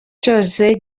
cyose